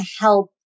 help